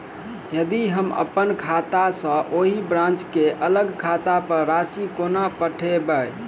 यदि हम अप्पन खाता सँ ओही ब्रांच केँ अलग खाता पर राशि कोना पठेबै?